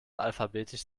alphabetisch